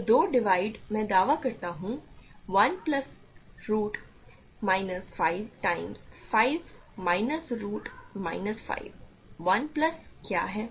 तो 2 डिवाइड मैं दावा करता हूं 1 plus root minus 5 times 5 minus root minus 5 1 plus क्या है